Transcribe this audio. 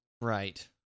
Right